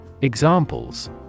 Examples